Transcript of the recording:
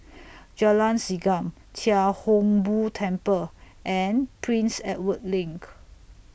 Jalan Segam Chia Hung Boo Temple and Prince Edward LINK